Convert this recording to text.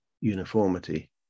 uniformity